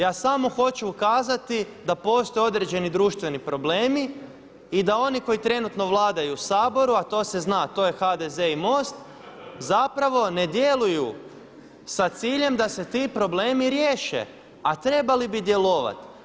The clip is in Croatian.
Ja samo hoću ukazati da postoje određeni društveni problemi i da oni koji trenutno vladaju u Saboru, a to se zna, to je HDZ i MOST zapravo ne djeluju sa ciljem da se ti problemi riješe a trebali bi djelovati.